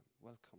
Welcome